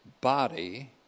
body